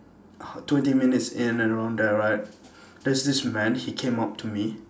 uh twenty minutes in and around there right there's this man he came up to me